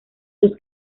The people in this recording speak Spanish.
dos